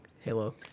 Halo